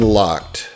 locked